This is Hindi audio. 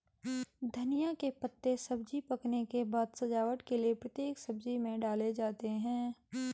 धनिया के पत्ते सब्जी पकने के बाद सजावट के लिए प्रत्येक सब्जी में डाले जाते हैं